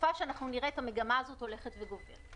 צופה שאנחנו נראה את המגמה הזאת הולכת וגוברת.